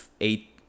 eight